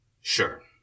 sure